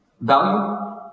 value